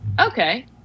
okay